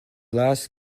last